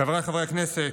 חבריי חברי הכנסת,